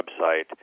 website